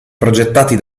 progettati